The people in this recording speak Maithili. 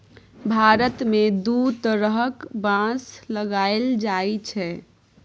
भारत मे दु तरहक बाँस लगाएल जाइ छै